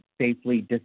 safely